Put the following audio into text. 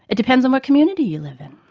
it depends on what community you live in.